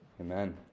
Amen